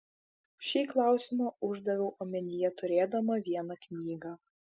šį klausimą uždaviau omenyje turėdama vieną knygą